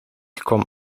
kwam